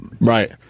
Right